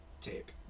tape